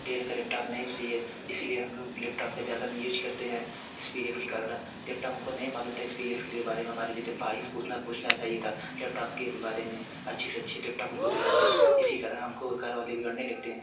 del का laptop नहीं सही है इसीलिए हम लोग लेपटॉप का ज़्यादा न यूज़ करते हैं स्पेसिफिकेसन कारण लेपटॉप हमको नहीं मालूम था हमारे जैसे भाई से पूछना पूछना चाहिए था लेपटॉप के बारे में अच्छी से अच्छी लेपटॉप हमको दिलाते इसी कारण हमको घरवाले बिगड़ने लगते हैं